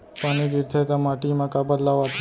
पानी गिरथे ता माटी मा का बदलाव आथे?